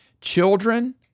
Children